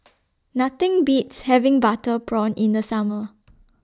Nothing Beats having Butter Prawn in The Summer